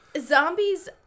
Zombies